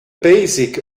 basis